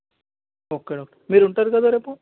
okay doctor మీరు ఉంటారు కదా రేపు